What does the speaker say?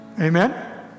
Amen